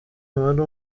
wari